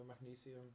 magnesium